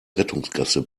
rettungsgasse